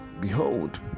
behold